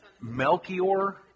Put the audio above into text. Melchior